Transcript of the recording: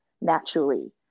naturally